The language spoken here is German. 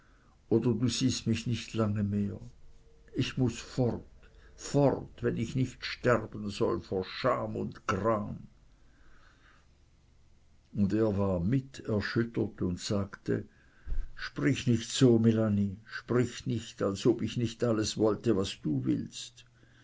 oder du siehst mich nicht lange mehr ich muß fort fort wenn ich nicht sterben soll vor scham und gram und er war mit erschüttert und sagte sprich nicht so melanie sprich nicht als ob ich nicht alles wollte was du willst